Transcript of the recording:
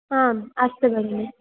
आम् अस्तु भगिनि